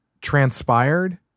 transpired